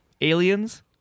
aliens